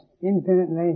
infinitely